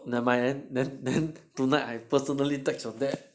never mind then then then tonight I personally text your dad